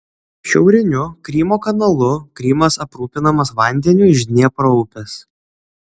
šiauriniu krymo kanalu krymas aprūpinamas vandeniu iš dniepro upės